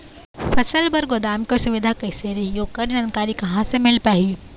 फसल बर गोदाम के सुविधा कैसे रही ओकर जानकारी कहा से मिल पाही?